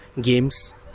games